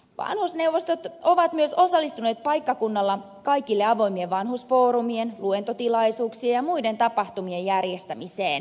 vanhusneuvostot ovat myös osallistuneet paikkakunnalla kaikille avoimien vanhusfoorumien luentotilaisuuksien ja muiden tapahtumien järjestämiseen